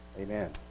Amen